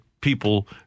people